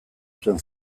zuen